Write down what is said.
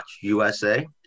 USA